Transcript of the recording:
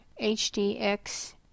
HDX